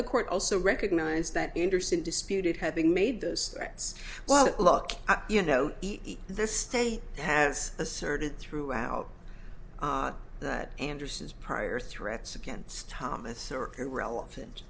the court also recognized that interest in disputed having made those threats well look you know the state has asserted throughout that anderson's prior threats against thomas are irrelevant